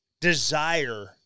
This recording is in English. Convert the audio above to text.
desire